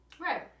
Right